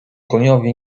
koniowi